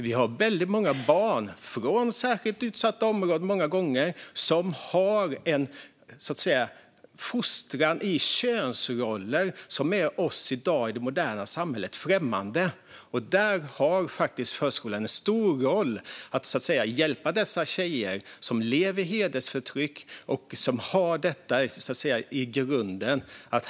Vi har väldigt många barn, ofta från särskilt utsatta områden, som har en fostran i könsroller som är främmande för oss i dagens moderna samhälle. Där har förskolan en stor roll när det gäller att hjälpa dessa tjejer som lever i hedersförtryck och har detta med sig i grunden.